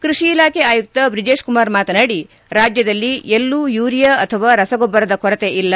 ಕೃಷಿ ಇಲಾಖೆ ಆಯುಕ್ತ ಬ್ರಿಜೇಶ್ ಕುಮಾರ್ ಮಾತನಾಡಿ ರಾಜ್ಯದಲ್ಲಿ ಎಲ್ಲೂ ಯೂರಿಯಾ ಅಥವಾ ರಸಗೊಬ್ಬರದ ಕೊರತೆ ಇಲ್ಲ